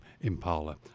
impala